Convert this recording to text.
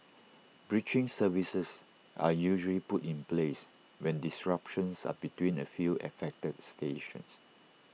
bridging services are usually put in place when disruptions are between A few affected stations